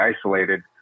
isolated